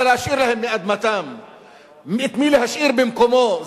מה להשאיר להם מאדמתם, את מי להשאיר במקומו.